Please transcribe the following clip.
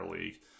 League